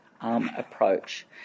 approach